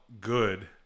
good